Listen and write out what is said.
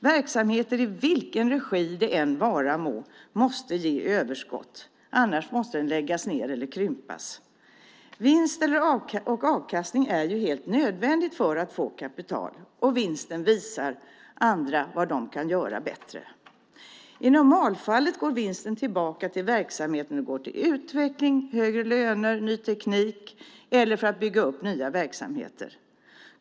Verksamheter i vilken regi det än vara må måste ge överskott, annars måste den läggas ned eller krympas. Vinst och avkastning är helt nödvändiga för att få kapital, och vinsten visar andra vad de kan göra bättre. I normalfallet går vinsten tillbaka till verksamheten. Den går till utveckling, högre löner, ny teknik eller till att bygga upp nya verksamheter.